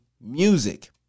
music